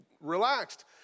relaxed